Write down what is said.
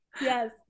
Yes